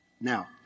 Now